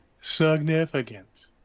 significant